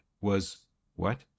was—what